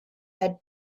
had